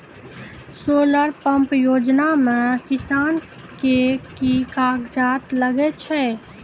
Solar pump योजना म किसान के की कागजात लागै छै?